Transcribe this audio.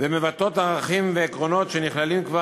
ומבטאות ערכים ועקרונות שנכללים כבר